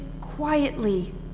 quietly